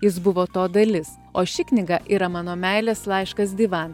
jis buvo to dalis o ši knyga yra mano meilės laiškas divan